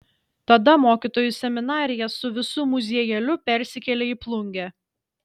tada mokytojų seminarija su visu muziejėliu persikėlė į plungę